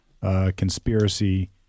conspiracy